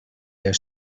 their